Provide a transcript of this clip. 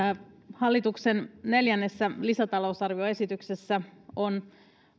hallituksen neljännessä lisätalousarvioesityksessä on